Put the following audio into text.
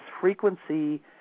frequency